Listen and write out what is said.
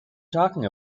talking